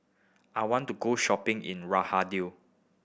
I want to go shopping in Riyadh